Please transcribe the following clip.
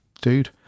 dude